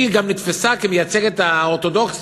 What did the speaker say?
היא גם נתפסה כמייצגת האורתודוקסיה.